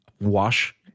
wash